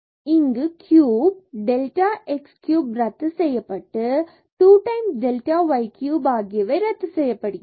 எனவே இங்கு cube delta x cube ரத்து செய்யப்படுகிறது மற்றும் 2 times delta y cube ஆகியவை ரத்து செய்யப்படுகிறது